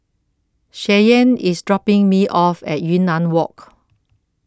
Cheyenne IS dropping Me off At Yunnan Walk